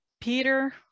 peter